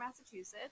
Massachusetts